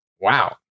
wow